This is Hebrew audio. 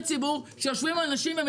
חושבים שהאוכלוסייה צריכה,